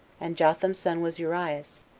and jotham's son was urias,